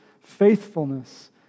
faithfulness